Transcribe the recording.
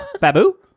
Babu